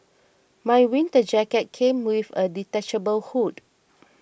my winter jacket came with a detachable hood